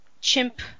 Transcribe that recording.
chimp